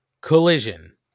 Collision